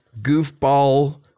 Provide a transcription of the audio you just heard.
goofball